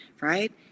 right